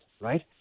Right